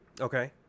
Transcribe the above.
Okay